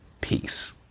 Peace